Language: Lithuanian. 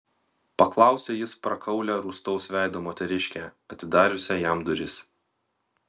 paklausė jis prakaulią rūstaus veido moteriškę atidariusią jam duris